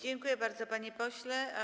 Dziękuję bardzo, panie pośle.